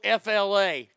FLA